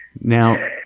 Now